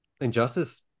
Injustice